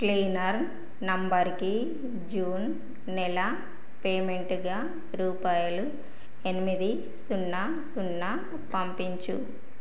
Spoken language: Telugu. క్లీనర్ నంబర్కి జూన్ నెల పేమెంటుగా రూపాయలు ఎనిమిది సున్నా సున్నా పంపించుము